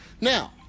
Now